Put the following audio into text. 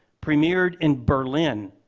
premiered in berlin,